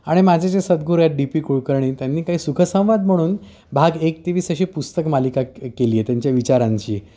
आणि माझे जे सदगुरु आहेत डी पी कुळकणी त्यांनी काही सुखसंवाद म्हणून भाग एक ते वीस अशी पुस्तक मालिका के केली आहे त्यांच्या विचारांची